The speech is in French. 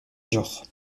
genres